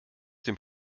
dem